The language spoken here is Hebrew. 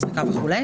זריקה וכו'.